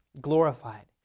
glorified